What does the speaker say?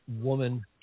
woman